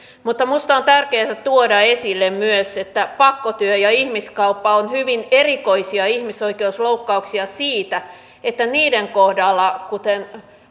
mutta minusta on tärkeätä tuoda esille myös että pakkotyö ja ihmiskauppa ovat hyvin erikoisia ihmisoikeusloukkauksia siitä että niiden kohdalla kuten